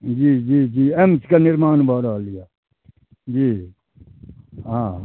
जी जी जी एम्सके निर्माण भऽ रहल अइ जी हँ